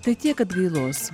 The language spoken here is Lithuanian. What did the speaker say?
tai tiek argailos